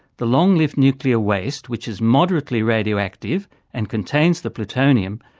the long-lived nuclear waste, which is moderately radioactive and contains the plutonium,